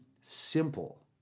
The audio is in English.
simple